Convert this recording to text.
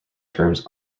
terms